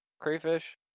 crayfish